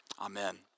amen